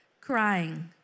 crying